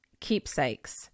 keepsakes